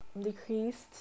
decreased